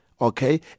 Okay